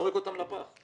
זורק אותן לפח.